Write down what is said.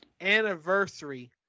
anniversary